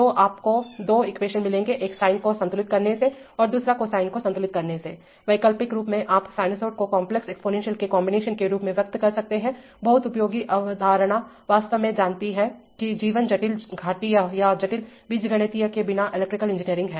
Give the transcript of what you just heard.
तो आपको दो ईक्वेशन मिलेंगे एक साइन को संतुलित करने से और दूसरा कोसाइन को संतुलित करने से वैकल्पिक रूप से आप साइनसॉइड को काम्प्लेक्स एक्सपोनेंशियल के कॉम्बिनेशन के रूप में व्यक्त कर सकते हैं बहुत उपयोगी अवधारणा वास्तव में जानती है कि जीवन जटिल घातीय या जटिल बीजगणित केबिना इलेक्ट्रिकल इंजीनियरिंग है